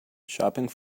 shopping